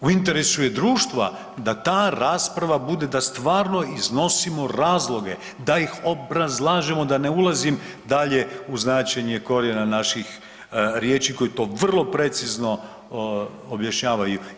U interesu je društva da ta rasprava bude da stvarno iznosimo razloge, da ih obrazlažemo, da ne ulazim dalje u značenje korijena naših riječi koje to vrlo precizno objašnjavaju.